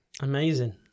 amazing